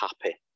happy